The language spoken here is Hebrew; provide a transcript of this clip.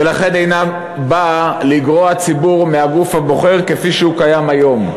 ולכן אינה באה לגרוע ציבור מהגוף הבוחר כפי שהוא קיים היום.